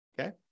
Okay